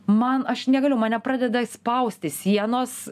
man aš negaliu mane pradeda spausti sienos